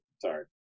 sorry